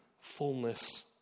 fullness